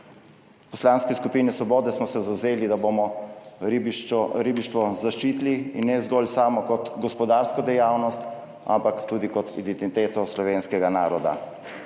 V Poslanski skupini Svobode smo se zavzeli, da bomo ribiško ribištvo zaščitili in ne zgolj samo kot gospodarsko dejavnost ampak tudi kot identiteto slovenskega naroda.